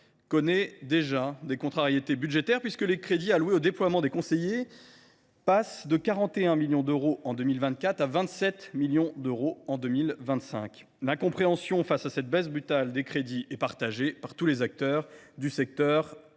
rencontre déjà des contrariétés budgétaires. En effet, les crédits alloués au déploiement des conseillers passent de 41 millions d’euros en 2024 à 27 millions d’euros en 2025. L’incompréhension face à cette baisse brutale des crédits est partagée par tous les acteurs du secteur